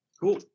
cool